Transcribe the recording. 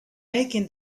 making